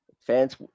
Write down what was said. fans